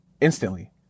Instantly